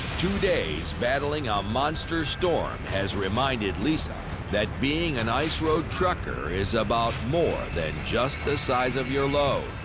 two days battling a monster storm has reminded lisa that being an ice road trucker is about more than just the size of your load.